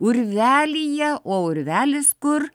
urvelyje o urvelis kur